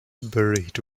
buried